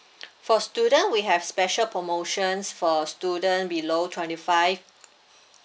for student we have special promotions for student below twenty five